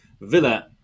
Villa